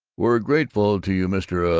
we're grateful to you, mr. ah,